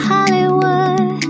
Hollywood